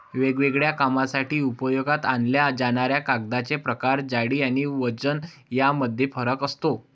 वेगवेगळ्या कामांसाठी उपयोगात आणल्या जाणाऱ्या कागदांचे प्रकार, जाडी आणि वजन यामध्ये फरक असतो